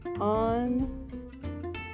on